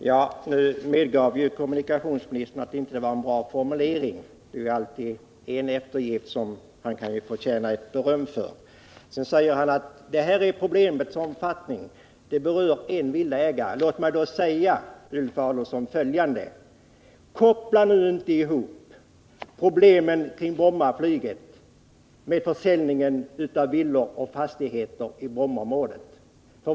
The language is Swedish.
Herr talman! Nu medgav ju kommunikationsministern att det inte var en bra formulering — det är en eftergift som han förtjänar beröm för. Sedan säger kommunikationsministern att problemets omfattning är att det berör en villaägare. Låt mig då säga följande till Ulf Adelsohn: Koppla nu inte ihop problemen kring Bromma flygfält med försäljningen av villor och fastigheter i Brommaområdet.